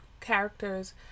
characters